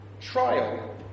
trial